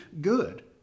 good